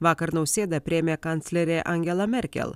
vakar nausėdą priėmė kanclerė angela merkel